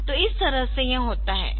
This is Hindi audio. तो इस तरह से यह होता है